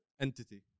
entity